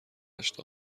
دشت